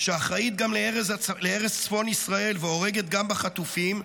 שאחראית גם להרס צפון ישראל והורגת גם בחטופים,